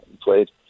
played